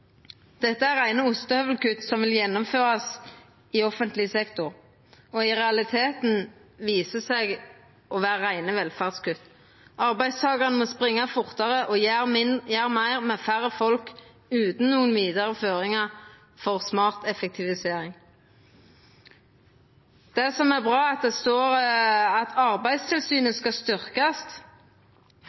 Dette er reine ostehøvelkutt, som vil verta gjennomførte i offentleg sektor og i realiteten visa seg å vera reine velferdskutt. Arbeidstakarane må springa fortare og gjera meir, med færre folk, utan nokon vidare føringar for smart effektivisering. Det som er bra, er at det står at Arbeidstilsynet skal